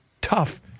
tough